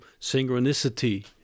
synchronicity